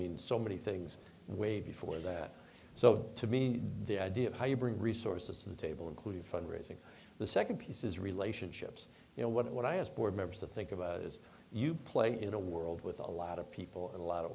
mean so many things way before that so to me the idea of how you bring resources to the table include fundraising the nd piece is relationships you know what i as board members of think about as you play in a world with a lot of people and a lot of